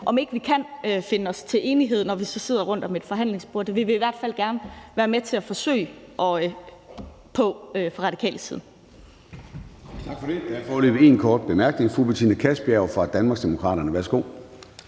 vi ikke kan nå til enighed, når vi sidder om et forhandlingsbord. Det vil vi i hvert fald gerne være med til at forsøge på fra Radikales side. Kl. 10:28 Formanden (Søren Gade): Tak for det. Der er foreløbig en kort bemærkning. Fru Betina Kastbjerg fra Danmarksdemokraterne, værsgo.